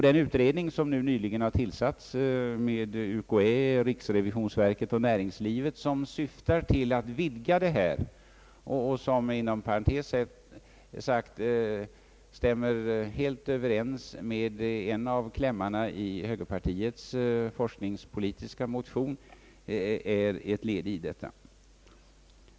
Den utredning som nyligen tillsatts med företrädare för universitetskanslersämbetet, riksrevisionsverket och näringslivet och som syftar till att vidga detta — inom parentes sagt stämmer den helt överens med en av klämmarna i högerpartiets forskningspolitiska motion — är ytterligare ett led.